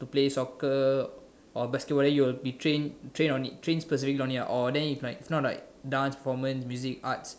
play soccer or basketball then you will be trained trained on it trained specifically on it ah or then it's like it's not like dance performance music arts